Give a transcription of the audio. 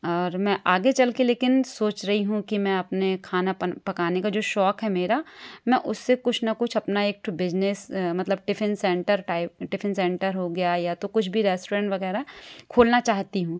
और मैं आगे चलकर लेकिन सोच रही हूँ कि मैं अपने खाना पकाने का जो शौक है मेरा मैं उससे कुछ ना कुछ अपना एक बिजनेस मतलब tiffin centre type tiffin centre हो गया या तो कुछ भी रेस्टोरेंट वगैरह खोलना चाहती हूँ